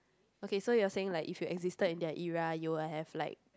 okay so you're saying like if you existed in their era you will have like